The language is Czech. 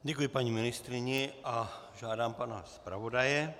Děkuji paní ministryni a žádám pana zpravodaje...